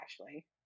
Ashley